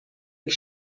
que